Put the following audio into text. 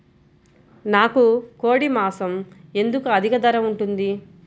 నాకు కోడి మాసం ఎందుకు అధిక ధర ఉంటుంది?